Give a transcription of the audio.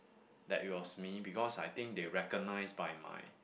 that it was me because I think they recognize by my